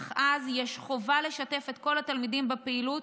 אך אז יש חובה לשתף את כל התלמידים בפעילות,